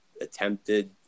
attempted